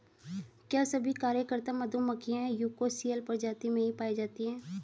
क्या सभी कार्यकर्ता मधुमक्खियां यूकोसियल प्रजाति में ही पाई जाती हैं?